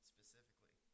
Specifically